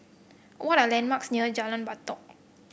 what are the landmarks near Jalan Batalong